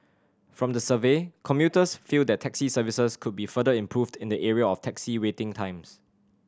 from the survey commuters feel that taxi services could be further improved in the area of taxi waiting times